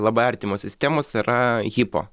labai artimos sistemos yra hipo